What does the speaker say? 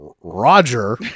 Roger